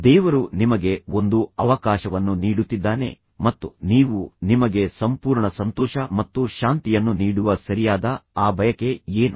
ದೇವರು ನಿಮಗೆ ಒಂದು ಅವಕಾಶವನ್ನು ನೀಡುತ್ತಿದ್ದಾನೆ ಮತ್ತು ನೀವು ನಿಮಗೆ ಸಂಪೂರ್ಣ ಸಂತೋಷ ಮತ್ತು ಶಾಂತಿಯನ್ನು ನೀಡುವ ಸರಿಯಾದ ಆ ಬಯಕೆ ಏನು